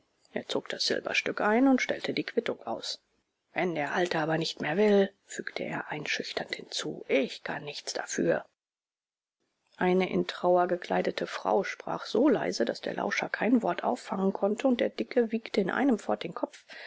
er zog das silberstück ein und stellte die quittung aus wenn der alte aber nicht mehr will fügte er einschüchternd hinzu ich kann nichts dafür eine in trauer gekleidete frau sprach so leise daß der lauscher kein wort auffangen konnte und der dicke wiegte in einem fort den kopf